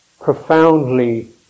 profoundly